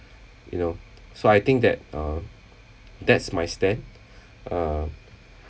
you know so I think that uh that's my stand uh